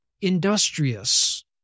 industrious